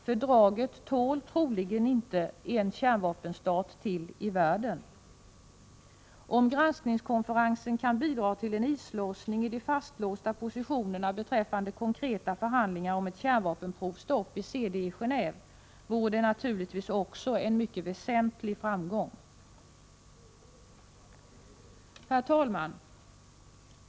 Fördraget tål troligen inte en kärnvapenstat till i världen. Om granskningskonferensen kan bidra till en islossning i de fastlåsta positionerna beträffande konkreta förhandlingar om ett kärnvapenprovstopp i CD i Genéåve, vore detta naturligtvis också en mycket väsentlig framgång. Herr talman!